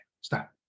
stop